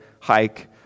hike